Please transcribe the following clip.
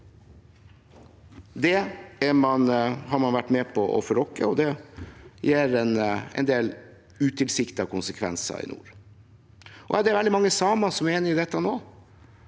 Det har man vært med på å rokke ved, og det gir en del utilsiktede konsekvenser i nord. Det er også veldig mange samer som er enig i dette.